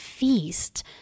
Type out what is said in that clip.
feast